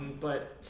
but